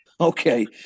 Okay